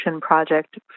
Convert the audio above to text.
project